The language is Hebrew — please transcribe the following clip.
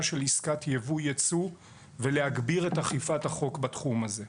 של עסקת יבוא-יצוא ולהגביר את אכיפת החוק בתחום הזה.